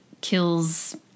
kills